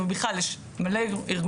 אני פשוט לא מצליחה להבין.